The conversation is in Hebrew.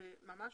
זה מעניין.